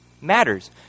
matters